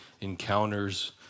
Encounters